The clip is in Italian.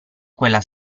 quella